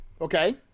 okay